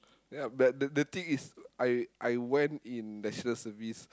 yeah that the the thing is I I went in National-Service